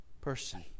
person